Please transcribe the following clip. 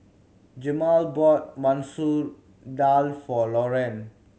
Jemal bought Masoor Dal for Loren